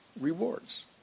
rewards